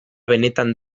benetan